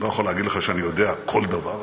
אני לא יכול להגיד לך שאני יודע כל דבר,